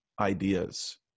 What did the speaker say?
ideas